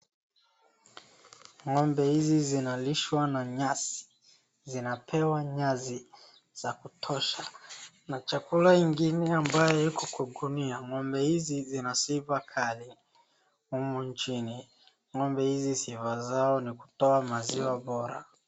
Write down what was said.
Ng'ombe hizi zinalishwa na nyasi zinapewa nyasi za kutosha na chakula ingine ambayo iko wa gunia ng'ombe hizi sina sifa kali humu nchini ng'ombe hizi sifa zao ni kutoa maziwa bora.